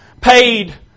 paid